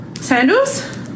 sandals